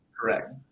correct